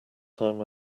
time